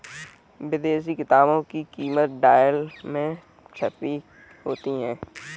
विदेशी किताबों की कीमत डॉलर में छपी होती है